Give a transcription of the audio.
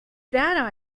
that